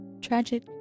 tragic